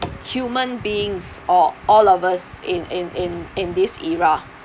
human beings or all of us in in in in this era